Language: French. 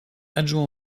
adjoint